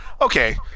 okay